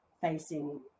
facing